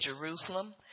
Jerusalem